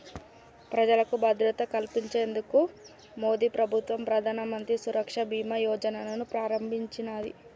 ప్రజలకు భద్రత కల్పించేందుకు మోదీప్రభుత్వం ప్రధానమంత్రి సురక్ష బీమా యోజనను ప్రారంభించినాది